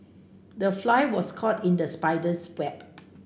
the fly was caught in the spider's web